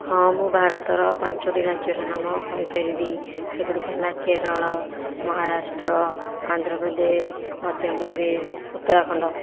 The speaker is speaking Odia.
ହଁ ମୁଁ ଭାରତର ପାଞ୍ଚଟି ରାଜ୍ୟର ନାମ କହିପାରିବି ସେଗୁଡ଼ିକ ହେଲା କେରଳ ମହାରାଷ୍ଟ୍ର ଆନ୍ଧ୍ରପ୍ରଦେଶ ମଧ୍ୟପ୍ରଦେଶ ଉତ୍ତରାଖଣ୍ଡ